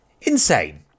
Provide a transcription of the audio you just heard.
insane